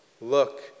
Look